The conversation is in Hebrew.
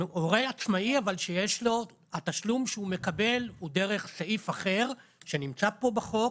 הם הורה עצמאי אבל התשלום שהוא מקבל הוא דרך סעיף אחר שנמצא פה בחוק,